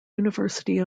university